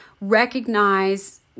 recognize